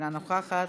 אינה נוכחת,